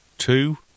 two